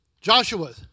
Joshua